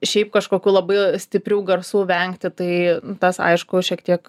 šiaip kažkokių labai stiprių garsų vengti tai tas aišku šiek tiek